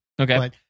Okay